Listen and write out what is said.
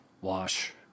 wash